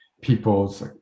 people's